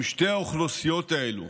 אם שתי האוכלוסיות האלה